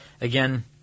again